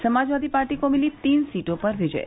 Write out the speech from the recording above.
Samajwadi party को मिली तीन सीटों पर विजय